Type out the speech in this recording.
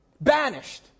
Banished